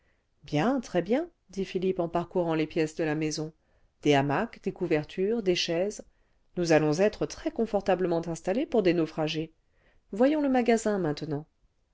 bien très bien dit philippe en parcourant les pièces de la maison des hamacs des couvertures des chaises nous allons être très confortablement installés pour des naufragés voyons le magasin maintenant